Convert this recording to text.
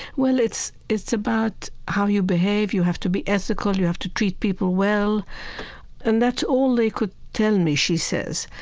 well, it's it's about how you behave. you have to be ethical, you have to treat people well and that's all they could tell me she says.